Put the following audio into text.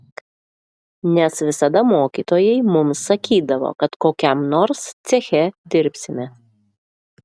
nes visada mokytojai mums sakydavo kad kokiam nors ceche dirbsime